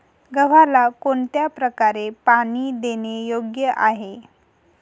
गव्हाला कोणत्या प्रकारे पाणी देणे योग्य आहे?